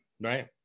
right